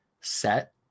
set